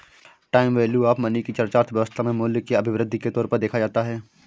time value of money की चर्चा अर्थव्यवस्था में मूल्य के अभिवृद्धि के तौर पर देखा जाता है